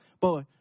Boy